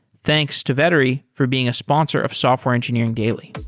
thanks to vettery for being a sponsor of software engineering daily